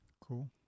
Cool